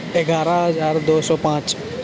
گیارہ ہزار دو سو پانچ